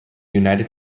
united